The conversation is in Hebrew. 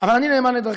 אבל אני נאמן לדרכי,